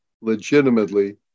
legitimately